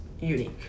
unique